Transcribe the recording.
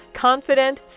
Confident